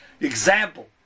example